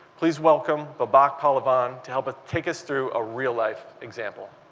please welcome babak pahlavan to help take us through a real life example.